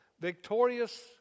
Victorious